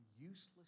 useless